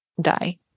die